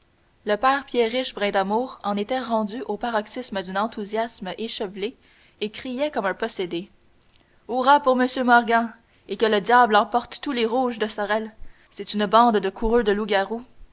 le père pierriche brindamour en était rendu au paroxysme d'un enthousiasme échevelé et criait comme un possédé hourrah pour monsieur morgan et que le diable emporte tous les rouges de sorel c'est une bande de coureux de loup garoux